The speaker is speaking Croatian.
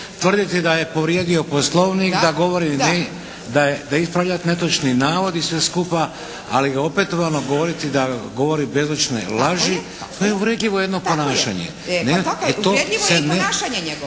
Uvredljivo je i ponašanje njegovo.